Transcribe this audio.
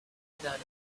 inanimate